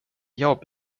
jobb